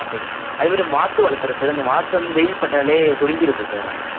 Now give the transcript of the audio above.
ஆ சரிங்க சார் அதே மாதிரி வாத்து வளர்க்குறேன் சார் அந்த வந்து வெயில் பட்டாலே சுருங்கிடுது சார் ஆனால்